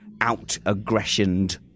out-aggressioned